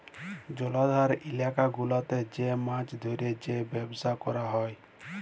জলাধার ইলাকা গুলাতে যে মাছ ধ্যরে যে ব্যবসা ক্যরা হ্যয়